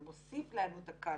זה מוסיף לעלות הקלפי.